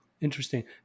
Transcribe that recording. Interesting